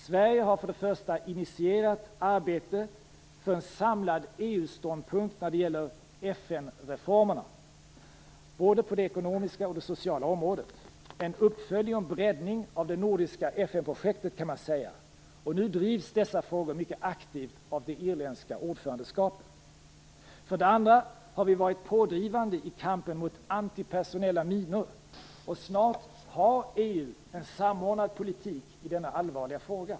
Sverige har för det första initierat arbetet för en samlad EU-ståndpunkt när det gäller FN-reformerna, både på det ekonomiska och det sociala området. Det kan sägas vara en uppföljning och breddning av det nordiska FN-projektet. Nu drivs dessa frågor mycket aktivt av det irländska ordförandeskapet. För det andra har vi varit pådrivande i kampen mot antipersonella minor. Snart har EU en samordnad politik i denna allvarliga fråga.